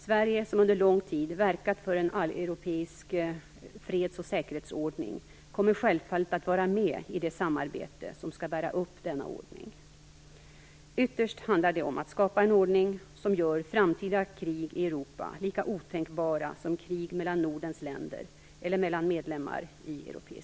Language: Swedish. Sverige som under lång tid verkat för en alleuropeisk freds och säkerhetsordning kommer självfallet att vara med i det samarbete som skall bära upp denna ordning. Ytterst handlar det om att skapa en ordning som gör framtida krig i Europa lika otänkbara som krig mellan Nordens länder eller mellan medlemmar i